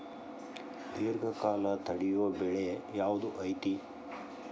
ದೇರ್ಘಕಾಲ ತಡಿಯೋ ಬೆಳೆ ಯಾವ್ದು ಐತಿ?